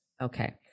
Okay